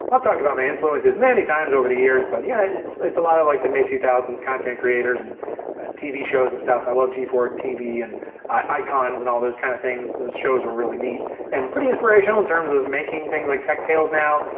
i've talked about my influences many times over the years, but yeah, it's a lot of like the mid two thousand s content creators and tv shows and stuff. i loved g four t v and icons and all those kinda kind of things, those shows were really neat and pretty inspirational, in terms of making things like tech tales now.